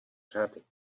řady